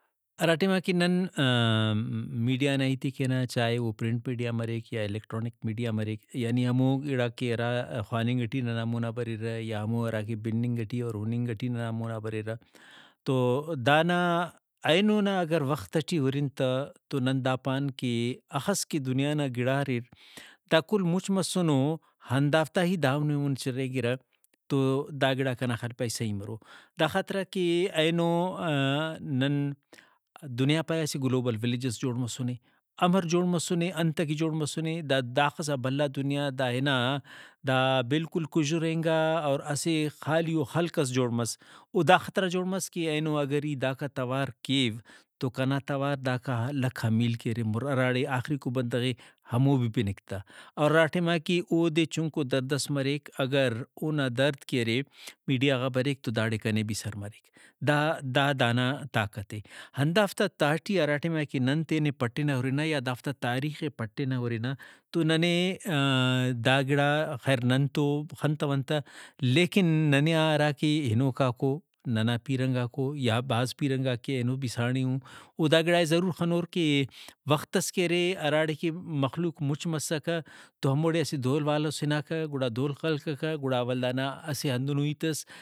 ہراٹائما کہ ننا میڈیا نا ہیتے کینہ چائے او پرنٹ میڈیا مریک یا الیکٹرونک میڈیا مریک یعنی ہمو گڑاک کہ ہرا خواننگ ٹی ننا مونا بریرہ یا ہمو ہراکہ بِننگ ٹی اور ہُننگ ٹی ننا مونا بریرہ تو دانا اینو نا اگر وخت ٹی ہُرن تہ تو نن دا پان کہ ہخس کہ دنیا نا گڑا اریر دا کل مُچ مسنو ہندافتا ہی دامون ایمون چرینگرہ تو دا گڑا کنا خیال پائے سہی مرو۔ داخاطرا کہ اینو نن دنیا پائے اسہ گلوبل ولیج ئس جوڑ مسنے امر جوڑ مسنے انتکہ جوڑ مسنے دا داخسا بھلا دنیا دا ہنا دا بالکل کُژرینگا اور اسہ خالیئو خلق ئس جوڑ مس او دا خاطرا جوڑ مس کہ اینو اگر ای داکا توار کیو تو کنا توار داکا لکھا میل کہ مُر ہراڑے آخیرکو بندغے ہمو بھی بنک تہ ۔اور ہراٹائما کہ اودے چنکو درد ئس مریک اگر اونا درد کہ ارے میڈیا غا بریک تو داڑے کنے بھی سر مریک۔ دا دا دانا طاقت اے ۔ہندافتا تہٹی ہراٹائما کہ نن تینے پٹنہ ہُرنہ یا دافتا تاریخے پٹنہ ہُرنہ تو ننے دا گڑا خیر نن تو خنتون تہ لیکن ننے آ ہراکہ ہنوکاکو ننا پیرنگاکو یا بھاز پیرنگاک کہ اینو بھی ساڑی او او دا گڑائے ضرور خنور کہ وختس کہ ہراڑے کہ مخلوق مُچ مسکہ تو ہموڑے اسہ دھول والوس ہناکہ گڑا دھول خلککہ گڑآ ولدانا اسہ ہندنو ہیتس